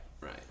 right